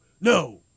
no